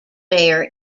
mayor